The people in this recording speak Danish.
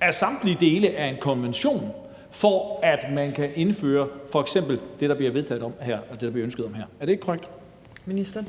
af samtlige dele af en konvention, for at man kan indføre f.eks. det, der bliver ønsket vedtaget her. Er det ikke